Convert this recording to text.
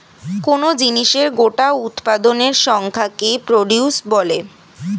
কোন জিনিসের গোটা উৎপাদনের সংখ্যাকে প্রডিউস বলে